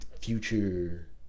future